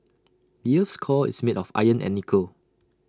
the Earth's core is made of iron and nickel